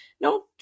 no